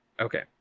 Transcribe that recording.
Okay